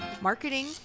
marketing